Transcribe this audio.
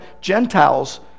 Gentiles